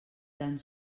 tan